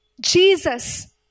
Jesus